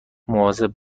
مواظب